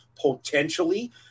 potentially